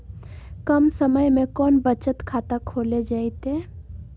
कम समय में कौन बचत खाता खोले जयते?